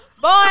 Boy